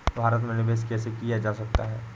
भारत में निवेश कैसे किया जा सकता है?